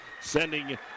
sending